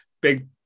big